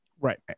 right